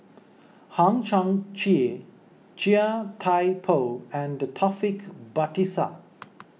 Hang Chang Chieh Chia Thye Poh and Taufik Batisah